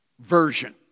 version